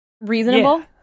reasonable